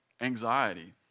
anxiety